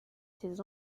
ses